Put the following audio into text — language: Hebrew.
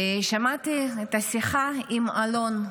ושמעתי את השיחה עם אלון,